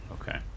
Okay